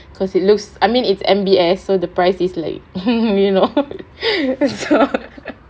because it's look I mean is M_B_S so the price is like you know my god